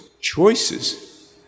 choices